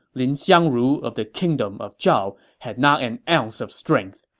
lin xiangru of the kingdom of zhao had not an ounce of strength,